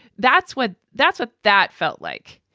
that's what that's what that felt like.